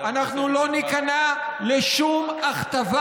אנחנו לא ניכנע לשום הכתבה.